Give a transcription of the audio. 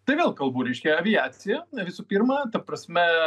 tai vėl kalbu reiškia aviacija visų pirma ta prasme